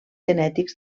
genètics